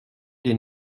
des